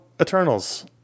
Eternals